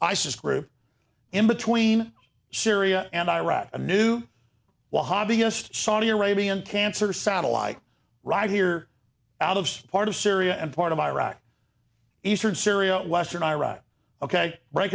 isis group in between syria and iraq a new one hobbyist saudi arabian cancer satellite right here out of part of syria and part of iraq eastern syria western iraq ok right